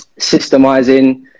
Systemizing